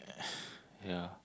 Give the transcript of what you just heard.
yeah